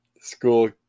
school